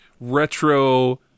retro